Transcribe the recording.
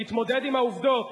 תתמודד עם העובדות.